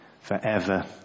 forever